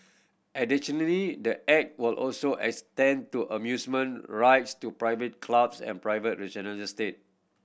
additionally the Act will also extend to amusement rides to private clubs and private estate